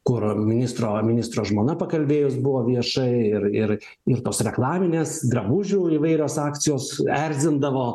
kur ministro ministro žmona pakalbėjus buvo viešai ir ir ir tos reklaminės drabužių įvairios akcijos erzindavo